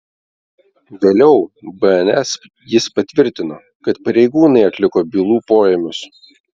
vėliau bns jis patvirtino kad pareigūnai atliko bylų poėmius